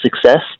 success